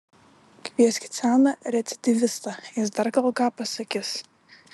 kvieskit seną recidyvistą jis dar gal ką pasakys